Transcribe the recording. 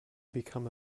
become